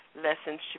lessons